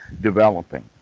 developing